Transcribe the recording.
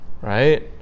Right